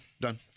Done